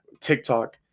TikTok